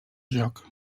joc